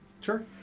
Sure